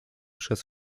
przez